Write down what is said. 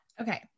Okay